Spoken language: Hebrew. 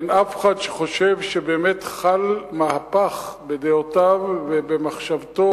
אין אף אחד שחושב שבאמת חל מהפך בדעותיו ובמחשבתו